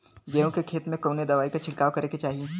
गेहूँ के खेत मे कवने दवाई क छिड़काव करे के चाही?